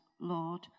Lord